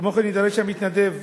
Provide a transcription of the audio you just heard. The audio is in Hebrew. כמו כן יידרש המתנדב,